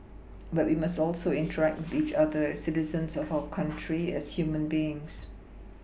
but we must also interact each other as citizens of our country as human beings